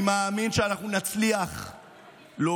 אם קשה לך להקשיב,